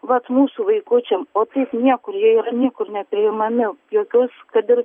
vat mūsų vaikučiam o taip niekur jie yra niekur nepriimami jokios kad ir